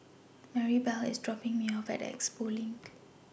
Maribel IS dropping Me off At Expo LINK